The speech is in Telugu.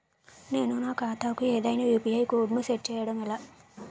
నేను నా ఖాతా కు ఏదైనా యు.పి.ఐ కోడ్ ను సెట్ చేయడం ఎలా?